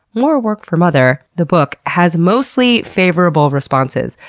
more work for mother, the book, has mostly favorable responses,